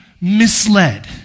misled